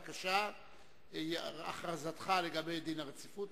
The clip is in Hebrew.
בבקשה הכרזתך לגבי דין הרציפות,